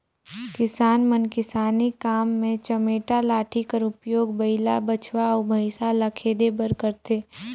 किसान मन किसानी काम मे चमेटा लाठी कर उपियोग बइला, बछवा अउ भइसा ल खेदे बर करथे